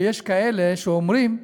ויש כאלה שאומרים: